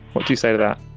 what do you say to that?